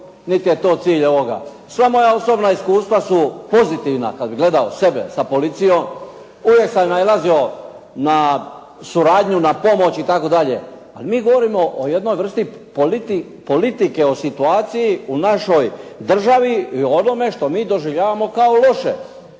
niti je to cilj ovoga. Sva moja osobna iskustva su pozitivna kad bi gledao sebe sa policijom. Uvijek sam nailazio na suradnju, na pomoć itd. Ali mi govorimo o jednoj vrsti politike o situaciji u našoj državi i onome što mi doživljavamo kao loše.